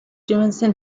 jensen